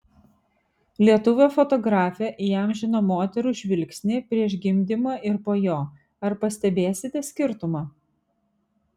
lietuvė fotografė įamžino moterų žvilgsnį prieš gimdymą ir po jo ar pastebėsite skirtumą